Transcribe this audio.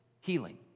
healing